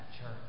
church